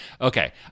Okay